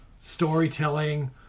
storytelling